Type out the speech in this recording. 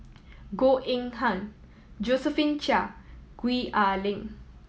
Goh Eng Han Josephine Chia Gwee Ah Leng